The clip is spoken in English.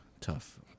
tough